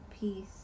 peace